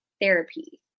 therapy